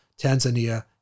Tanzania